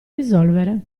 risolvere